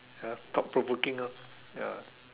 ya thought provoking lah ya